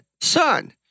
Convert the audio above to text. son